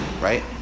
right